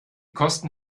kosten